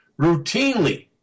routinely